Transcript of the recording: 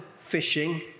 fishing